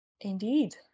indeed